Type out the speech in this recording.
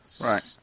Right